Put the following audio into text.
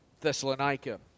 Thessalonica